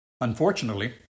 Unfortunately